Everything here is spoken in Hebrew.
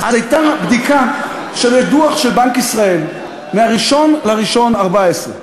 הייתה בדיקה, דוח של בנק ישראל מ-1 בינואר 2014,